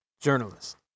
journalist